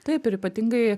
taip ir ypatingai